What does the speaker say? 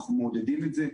אנחנו מעודדים את זה.